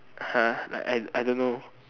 !huh! like I I don't know